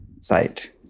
site